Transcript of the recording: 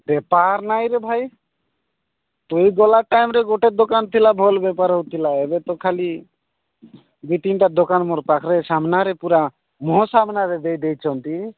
ବେପାର ନାହିଁରେ ଭାଇ ଏଇ ଗଲା ଟାଇମ୍ରେ ଗୋଟେ ଦୋକାନ ଥିଲା ଭଲ ବେପାର ହେଉଥିଲା ଏବେ ତ ଖାଲି ତିନଟା ଦୋକାନ ମୋର ପାଖରେ ପୁରା ସାମ୍ନାରେ ମୁହଁ ସାମ୍ନାରେ ଦେଇଦେଇଛନ୍ତି